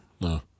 No